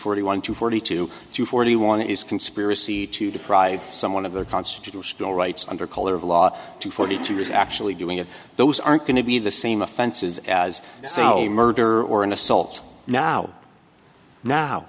forty one to forty two to forty one is conspiracy to deprive someone of their constitutional rights under color of law to forty two years actually doing it those aren't going to be the same offenses as so murder or an assault now now